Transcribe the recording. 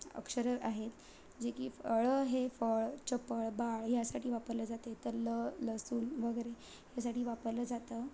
अक्षरं आहेत जे की ळं हे फळ चपळ बाळ यासाठी वापरलं जाते तर ल लसूण वगैरे यासाठी वापरलं जातं